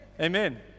Amen